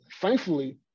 thankfully